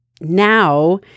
now